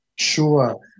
Sure